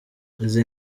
izi